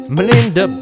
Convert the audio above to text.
Melinda